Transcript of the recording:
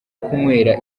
kunywera